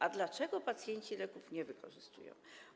A dlaczego pacjenci leków nie wykorzystują?